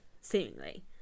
seemingly